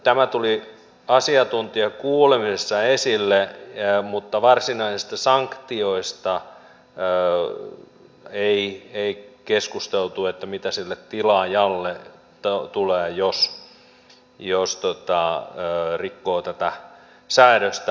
tämä tuli asiantuntijakuulemisissa esille mutta varsinaisista sanktioista ei keskusteltu siitä mitä sille tilaajalle tulee jos rikkoo tätä säädöstä